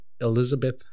Elizabeth